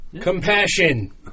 Compassion